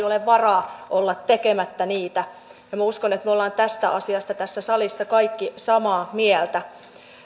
ole varaa olla tekemättä niitä minä uskon että me olemme tästä asiasta tässä salissa kaikki samaa mieltä